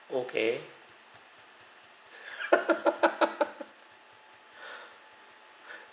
okay